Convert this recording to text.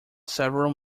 several